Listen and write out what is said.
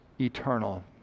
eternal